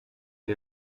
wir